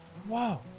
wow,